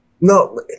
no